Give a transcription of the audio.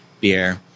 beer